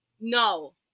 No